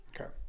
Okay